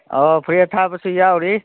ꯑꯣ ꯐꯨꯔꯤꯠ ꯑꯊꯥꯕꯁꯨ ꯌꯥꯎꯔꯤ